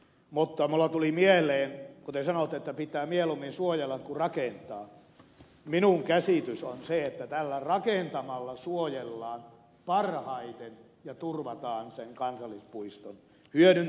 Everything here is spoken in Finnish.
mutta kun te sanoitte että pitää mieluummin suojella kuin rakentaa minun käsitykseni on se että tällä rakentamisella suojellaan parhaiten ja turvataan sen kansallispuiston hyödyntäminen